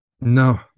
No